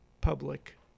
public